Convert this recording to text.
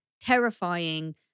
terrifying